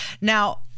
Now